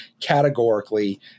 categorically